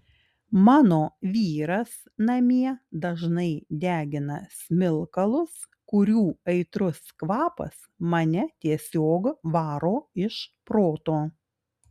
mano vyras namie dažnai degina smilkalus kurių aitrus kvapas mane tiesiog varo iš proto